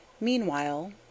Meanwhile